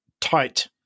tight